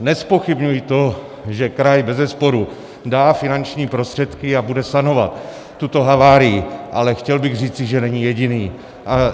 Nezpochybňuji to, že kraj bezesporu dá finanční prostředky a bude sanovat tuto havárii, ale chtěl bych říci, že není jediný,